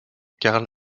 karl